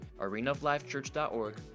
arenaoflifechurch.org